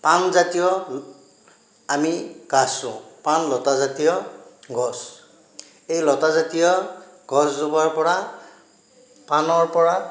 পান জাতীয় আমি গাছ ৰোওঁ পান লতা জাতীয় গছ এই লতা জাতীয় গছ জোপাৰ পৰা পানৰ পৰা